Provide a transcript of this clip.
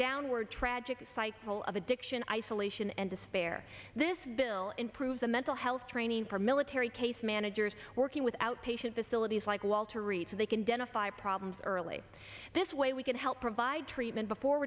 downward tragic cycle of addiction isolation and despair this bill improve the mental health training for military case managers working with outpatient facilities like walter reed so they can dental five problems early this way we can help provide treatment before